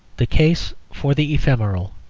the case for the ephemeral